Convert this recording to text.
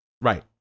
Right